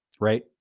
right